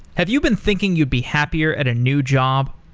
have you been thinking you'd be happier at a new job?